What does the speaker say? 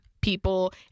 people